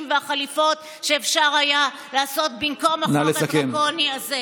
והחליפות שאפשר היה לעשות במקום החוק הדרקוני הזה.